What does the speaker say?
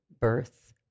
birth